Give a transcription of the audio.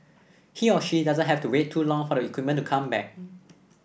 he or she doesn't have to wait too long for the equipment to come back